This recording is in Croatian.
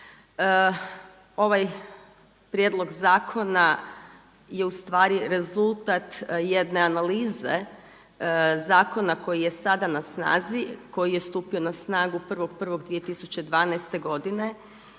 Ovaj prijedlog zakona je ustvari rezultat jedne analize zakona koji je sada na snazi koji je stupio na snagu 1.1.2012. godine